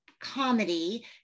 comedy